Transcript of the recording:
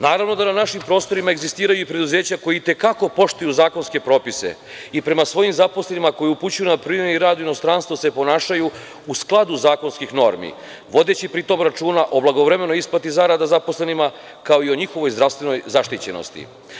Naravno da na našim prostorima egzistiraju i preduzeća koji i te kako poštuju zakonske propise i prema svojim zaposlenima koje upućuju na privremeni rad u inostranstvo se ponašaju u skladu sa zakonskih normi, vodeći pri tom računa o blagovremenoj isplati zarada zaposlenima, kao i o njihovoj zdravstvenoj zaštićenosti.